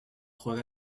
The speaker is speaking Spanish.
juega